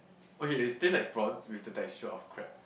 okay is taste like prawns with the textile of crab